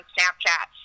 Snapchat